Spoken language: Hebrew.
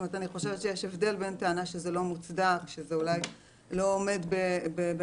אני חושבת שיש הבדל בין הטענה שזה לא מוצדק ולא עומד בהלימה